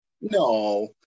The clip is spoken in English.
no